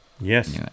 Yes